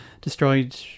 destroyed